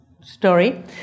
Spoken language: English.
story